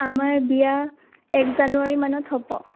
আমাৰ বিয়া এক জানুৱাৰী মানত হ'ব